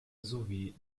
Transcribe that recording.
sowie